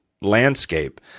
landscape